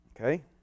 Okay